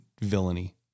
villainy